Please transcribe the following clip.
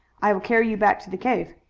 i will carry you back to the cave.